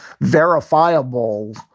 verifiable